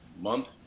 month